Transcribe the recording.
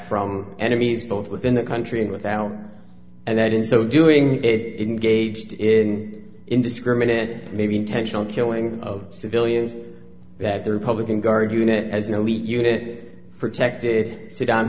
from enemies both within the country and without and that in so doing it in gauged in indiscriminate maybe intentional killing of civilians that the republican guard unit has no heat unit protected saddam